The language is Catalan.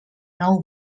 nou